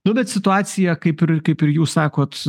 nu bet situacija kaip ir kaip ir jūs sakot